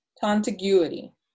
Contiguity